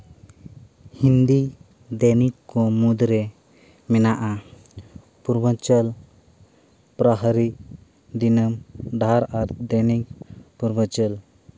ᱦᱤᱱᱫᱤ ᱫᱚᱭᱱᱤᱠ ᱠᱚ ᱢᱩᱫᱽᱨᱮ ᱢᱮᱱᱟᱜᱼᱟ ᱯᱩᱨᱵᱟᱧᱪᱚᱞ ᱯᱨᱚᱦᱟᱨᱤ ᱫᱤᱱᱟᱹᱢ ᱰᱟᱦᱟᱨ ᱟᱨ ᱫᱚᱭᱱᱤᱠ ᱯᱨᱚᱵᱷᱚᱪᱚᱞ